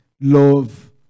love